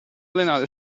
allenare